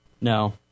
no